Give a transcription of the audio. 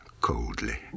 coldly